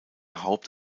haupt